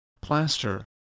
plaster